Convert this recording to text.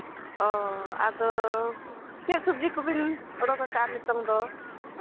ᱚ ᱟᱫᱚ ᱪᱮᱫ ᱥᱚᱵᱽᱡᱤ ᱠᱚᱵᱤᱱ ᱚᱰᱚᱠ ᱠᱟᱜᱼᱟ ᱱᱤᱛᱚᱝ ᱫᱚ